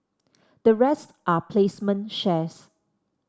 the rest are placement shares